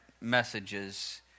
messages